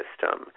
system